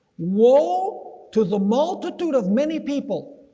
woe to the multitude of many people